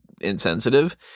insensitive